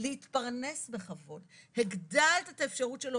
להתפרנס בכבוד - הגדלת את האפשרות שלו